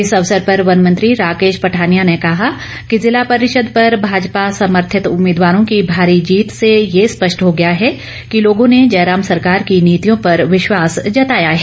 इस अवसर पर वन मंत्री राकेश पठानिया ने कहा कि जिला परिषद पर भाजपा समर्थित उम्मीदवारों की भारी जीत से ये स्पष्ट हो गया है कि लोगों ने जयराम सरकार की नीतियों पर विश्वास जताया है